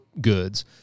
goods